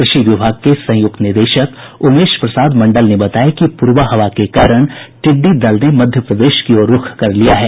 कृषि विभाग के संयूक्त निदेशक उमेश प्रसाद मंडल ने बताया कि प्रबा हवा के कारण टिड्डी दल ने मध्य प्रदेश की ओर रूख कर लिया है